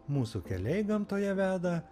mūsų keliai gamtoje veda